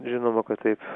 žinoma kad taip